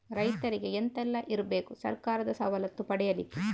ರೈತರಿಗೆ ಎಂತ ಎಲ್ಲ ಇರ್ಬೇಕು ಸರ್ಕಾರದ ಸವಲತ್ತು ಪಡೆಯಲಿಕ್ಕೆ?